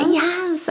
yes